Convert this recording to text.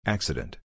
Accident